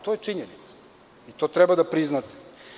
To je činjenica i to treba priznate.